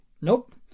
Nope